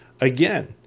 again